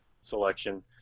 selection